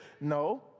No